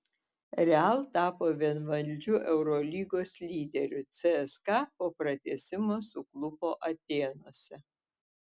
real tapo vienvaldžiu eurolygos lyderiu cska po pratęsimo suklupo atėnuose